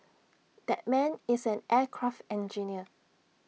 that man is an aircraft engineer